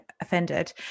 offended